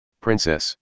princess